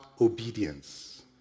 obedience